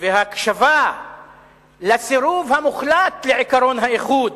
וההקשבה לסירוב המוחלט לעקרון האיחוד,